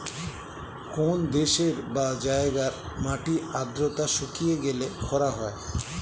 কোন দেশের বা জায়গার মাটির আর্দ্রতা শুষিয়ে গেলে খরা হয়